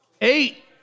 Eight